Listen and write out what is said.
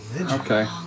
okay